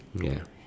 ya